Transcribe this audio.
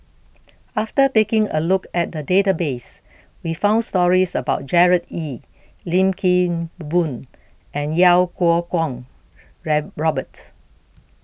after taking a look at the database we found stories about Gerard Ee Lim Kim Boon and Iau Kuo Kwong Robert